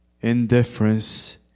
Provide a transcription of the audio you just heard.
indifference